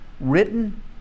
written